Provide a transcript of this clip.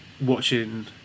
watching